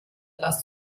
lasst